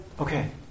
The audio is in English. Okay